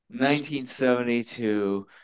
1972